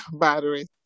battery